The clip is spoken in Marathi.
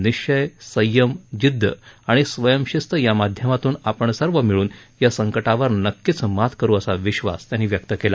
निश्चय संयम जिद्द अणि स्वयं शिस्त या माध्यमातून आपण सर्व मिळून या संकटावर नक्कीच मात करु असा विश्वास त्यांनी व्यक्त केला